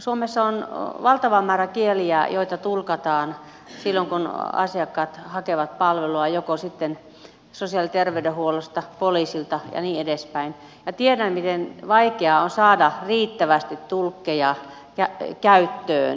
suomessa on valtava määrä kieliä joita tulkataan silloin kun asiakkaat hakevat palvelua sosiaali ja terveydenhuollosta poliisilta ja niin edespäin ja tiedän miten vaikeaa on saada riittävästi tulkkeja käyttöön